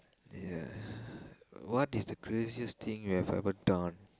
yes what is the craziest thing you have ever done